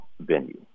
venue